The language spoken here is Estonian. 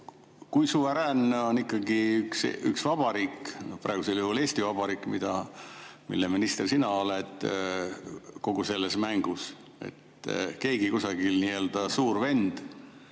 kui suveräänne on ikkagi üks vabariik, praegusel juhul Eesti Vabariik, mille minister sina oled, kogu selles mängus? Keegi kusagil nii-öelda suur vend